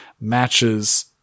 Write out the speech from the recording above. matches